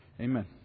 Amen